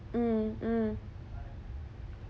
mm mm